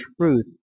truth